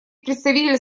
представитель